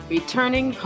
Returning